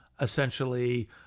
essentially